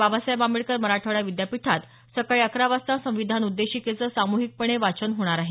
बाबासाहेब आंबेडकर मराठवाडा विद्यापीठात सकाळी अकरा वाजता संविधान उद्देशिकेचं सामूहिकपणे वाचन होणार आहे